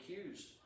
accused